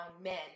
men